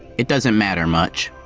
it doesn't matter much,